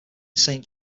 saint